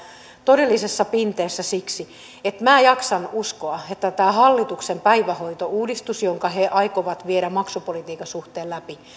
todellisessa pinteessä siksi että minä jaksan uskoa että tämä hallituksen päivähoitouudistus jonka he aikovat viedä maksupolitiikan suhteen läpi